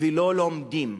ולא לומדים.